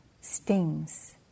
stings